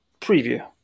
preview